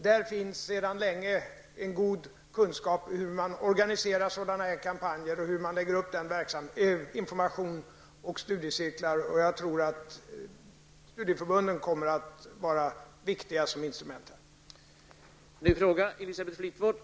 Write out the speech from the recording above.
Där finns sedan länge en god kunskap om hur man organiserar kampanjer av den här typen och hur man lägger upp verksamheten med information och studiecirklar. Jag tror att studieförbunden kommer att utgöra viktiga instrument i detta sammanhang.